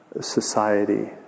society